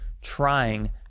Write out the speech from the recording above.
trying